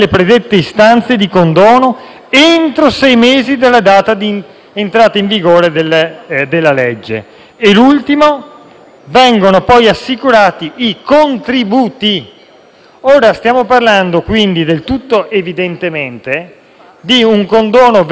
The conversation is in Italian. entro sei mesi dalla data di entrata in vigore della legge. Da ultimo, vengono assicurati i contributi. Stiamo parlando, quindi, del tutto evidentemente, di un condono vero e proprio